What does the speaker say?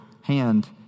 hand